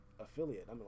affiliate